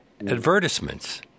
advertisements